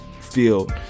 field